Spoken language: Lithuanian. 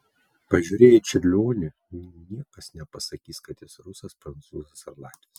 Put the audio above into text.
pažiūrėję į čiurlionį niekas nepasakys kad jis rusas prancūzas ar latvis